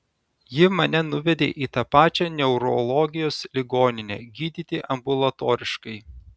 ji mane nuvedė į tą pačią neurologijos ligoninę gydyti ambulatoriškai